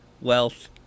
wealth